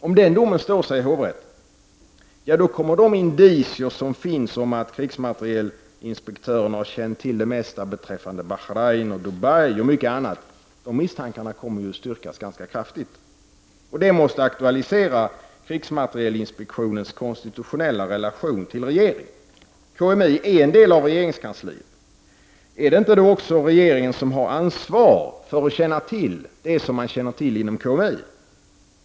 Om den domen står sig i hovrätten, kommer de indicier som finns att krigsmaterielinspektionen känt till det mesta beträffande Bahrein— Dubai och mycket annat att styrkas kraftigt. Detta måste aktualisera krigsmaterielinspektionens konstitutionella relation till regeringen. KMI är en del av regeringskansliet. Är det inte då också regeringen som har ansvar för att känna till allt som finns känt inom KMI?